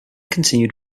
continued